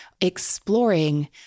exploring